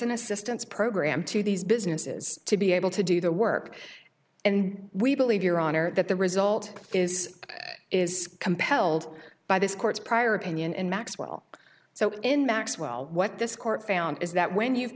an assistance program to these businesses to be able to do the work and we believe your honor that the result is is compelled by this court's prior opinion and maxwell so in maxwell what this court found is that when you've